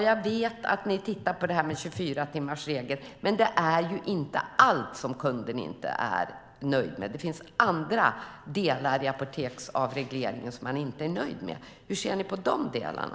Jag vet att ni tittar på detta med 24-timmarsregeln, men det är inte det enda som kunden inte är nöjd med. Det finns andra delar i apoteksavregleringen som man inte är nöjd med. Hur ser ni på de delarna?